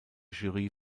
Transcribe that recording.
jury